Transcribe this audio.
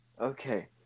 Okay